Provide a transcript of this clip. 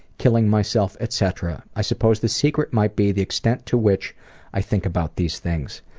killing myself, etcetera. i suppose the secret might be the extent to which i think about these things.